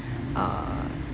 uh